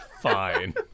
Fine